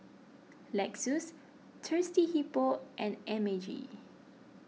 Lexus Thirsty Hippo and M A G